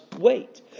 wait